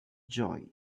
joy